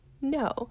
No